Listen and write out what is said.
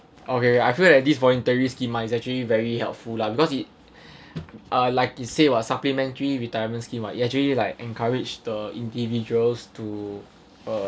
okay I feel that this voluntary scheme my is actually very helpful lah because it uh like you said while supplementary retirement scheme it actually like encourage the individuals to uh